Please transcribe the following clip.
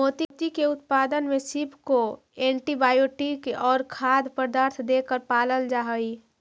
मोती के उत्पादन में सीप को एंटीबायोटिक और खाद्य पदार्थ देकर पालल जा हई